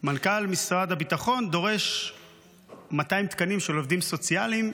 שמנכ"ל משרד הביטחון דורש 200 תקנים של עובדים סוציאליים,